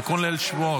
תיקון ליל שבועות.